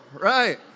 Right